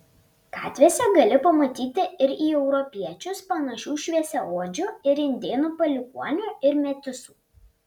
gatvėse gali pamatyti ir į europiečius panašių šviesiaodžių ir indėnų palikuonių ir metisų